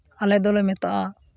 ᱟᱞᱮ ᱫᱚᱞᱮ ᱢᱮᱛᱟᱜᱼᱟ